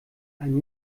ein